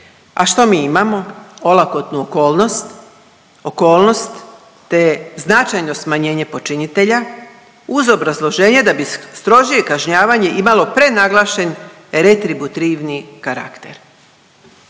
A što mi imamo? Olakotnu okolnost te značajno smanjenje počinitelja uz obrazloženje da bi strožije kažnjavanje imalo prenaglašen retributivni karakter.